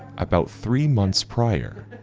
about three months prior,